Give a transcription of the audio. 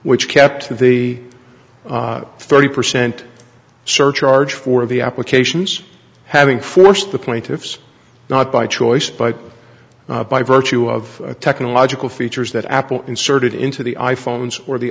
which kept the thirty percent surcharge for the applications having forced the plaintiffs not by choice but by virtue of technological features that apple inserted into the